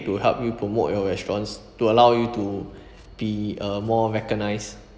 to help you promote your restaurant store allow you to be a more recognised